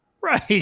Right